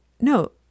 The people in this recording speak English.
no